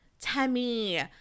Tammy